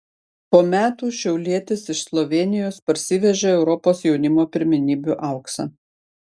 po metų šiaulietis iš slovėnijos parsivežė europos jaunimo pirmenybių auksą